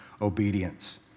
obedience